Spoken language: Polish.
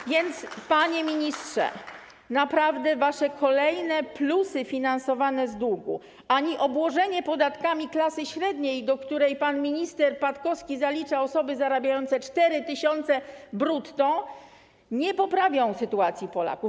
A więc, panie ministrze, naprawdę ani wasze kolejne plusy finansowane z długu, ani obłożenie podatkami klasy średniej, do której pan minister Patkowski zalicza osoby zarabiające 4 tys. brutto, nie poprawią sytuacji Polaków.